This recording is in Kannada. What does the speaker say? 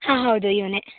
ಹಾಂ ಹೌದು ಇವನೇ